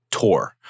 tour